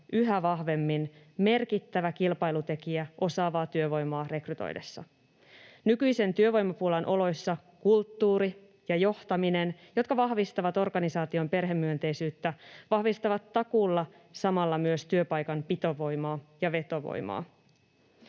yhä vahvemmin merkittävä kilpailutekijä osaavaa työvoimaa rekrytoitaessa. Nykyisen työvoimapulan oloissa kulttuuri ja johtaminen, jotka vahvistavat organisaation perhemyönteisyyttä, vahvistavat takuulla samalla myös työpaikan pitovoimaa ja vetovoimaa.